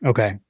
Okay